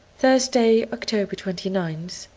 thursday, october twenty ninth,